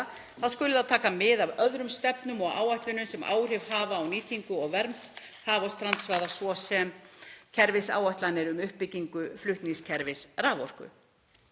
þá skuli það taka mið af öðrum stefnum og áætlunum sem hafa áhrif á nýtingu og vernd haf- og strandsvæða, svo sem kerfisáætlun um uppbyggingu flutningskerfis raforku.